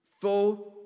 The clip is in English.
full